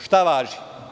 Šta važi?